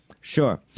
sure